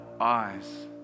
eyes